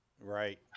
Right